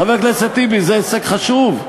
חבר הכנסת טיבי, זה הישג חשוב?